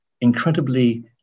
incredibly